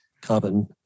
carbon-